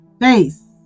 face